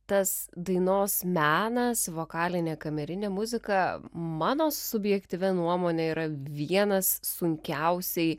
tas dainos menas vokalinė kamerinė muzika mano subjektyvia nuomone yra vienas sunkiausiai